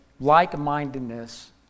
like-mindedness